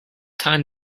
time